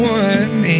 one